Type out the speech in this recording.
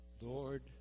Lord